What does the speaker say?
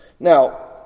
Now